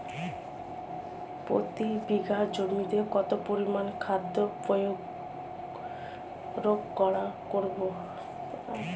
প্রতি বিঘা জমিতে কত পরিমান খাদ্য প্রয়োগ করব?